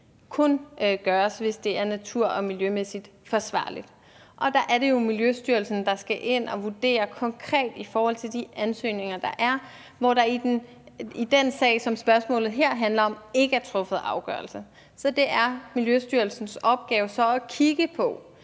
kun gøres, hvis det er natur- og miljømæssigt forsvarligt. Og der er det jo Miljøstyrelsen, der skal ind og vurdere konkret i forhold til de ansøgninger, der er. I den sag, som spørgsmålet her handler om, er der ikke er truffet afgørelse. For det er Miljøstyrelsens opgave så at kigge på